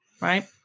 Right